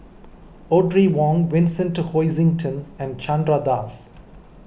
Audrey Wong Vincent Hoisington and Chandra Das